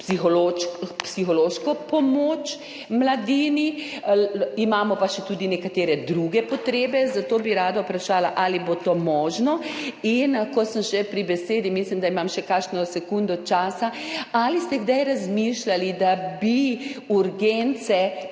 psihološko pomoč mladini, imamo pa še tudi nekatere druge potrebe, zato bi rada vprašala, ali bo to možno. Ko sem že pri besedi, mislim, da imam še kakšno sekundo časa, ali ste kdaj razmišljali, da bi urgence,